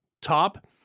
top